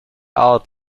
out